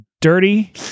dirty